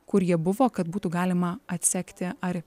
kur jie buvo kad būtų galima atsekti ar